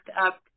up